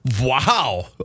Wow